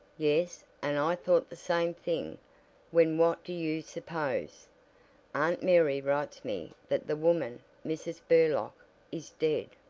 yes, and i thought the same thing when what do you suppose aunt mary writes me that the woman mrs. burlock is dead!